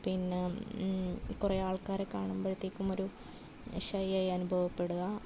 പിന്നെ കുറേ ആൾക്കാരെ കാണുമ്പോഴത്തേക്കും ഒരു ഷൈ ആയി അനുഭവപ്പെടുക